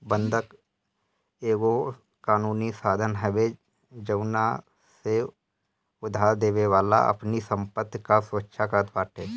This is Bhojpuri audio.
बंधक एगो कानूनी साधन हवे जवना से उधारदेवे वाला अपनी संपत्ति कअ सुरक्षा करत बाटे